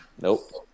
Nope